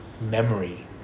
memory